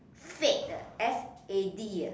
fad ah f a d eh